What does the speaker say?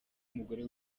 umugore